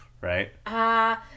right